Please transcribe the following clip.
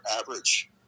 average